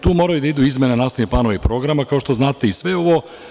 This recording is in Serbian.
Tu moraju da idu izmene na osnovu planova i programa, kao što znate i sve ovo.